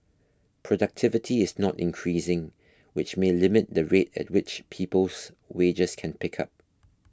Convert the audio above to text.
productivity is not increasing which me limit the rate at which people's wages can pick up